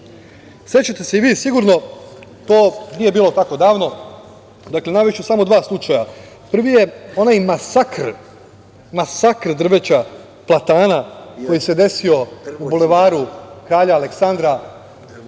Sećate se i vi, sigurno, to nije bilo tako davno, navešću samo dva slučaja. Prvi je onaj masakr drveća platana koji se desio u Bulevaru Kralja Aleksandra 2010.